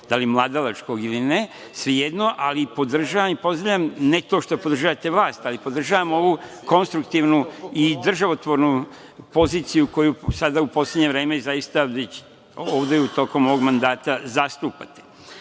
da li mladalačkog ili ne, svejedno, ali podržavam i pozdravljam ne to što podržavate vlast, ali podržavam ovu konstruktivnu i državotvornu poziciju koju sada u poslednje vreme zaista ovde tokom ovog mandata zastupate.